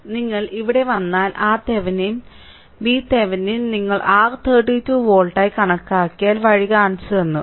നിങ്ങൾ ഇവിടെ വന്നാൽ ആ തെവെനിൻ VThevenin ഇവിടെ നിങ്ങൾ R32 വോൾട്ട് ആയി കണക്കാക്കിയതായി വഴി കാണിച്ചുതന്നു